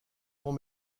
long